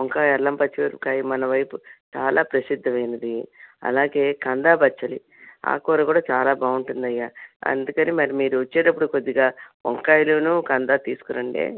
వంకాయ అల్లం పచ్చిమిరపకాయ మన వైపు చాలా ప్రసిద్ధమైనది అలాగే కందా బచ్చలి ఆ కూర కూడా చాలా బాగుంటుందయ్యా అందుకని మరి మీరు వచ్చేటప్పుడు కొద్దిగా వంకాయలునూ కందా తీసుకురండే